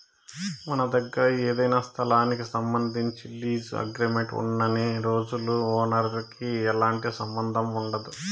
మన దగ్గర ఏదైనా స్థలానికి సంబంధించి లీజు అగ్రిమెంట్ ఉన్నన్ని రోజులు ఓనర్ కి ఎలాంటి సంబంధం ఉండదు